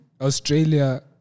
Australia